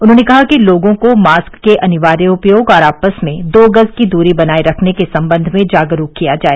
उन्होंने कहा कि लोगों को मास्क के अनिवार्य उपयोग और आपस में दो गज की दूरी बनाए रखने के सम्बंध में जागरूक किया जाए